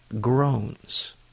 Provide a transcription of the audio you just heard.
groans